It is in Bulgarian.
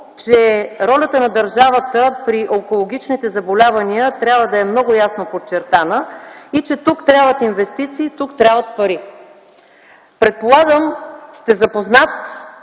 че ролята на държавата при онкологичните заболявания трябва да е много ясно подчертана и че тук трябват инвестиции, тук трябват пари. Предполагам сте запознат